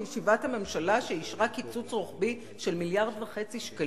בישיבת הממשלה שאישרה קיצוץ רוחבי של מיליארד שקלים וחצי?